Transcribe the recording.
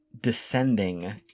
descending